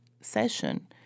session